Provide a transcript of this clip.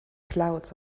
clouds